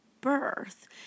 birth